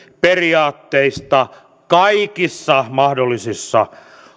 periaatteista kaikissa mahdollisissa